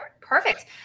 Perfect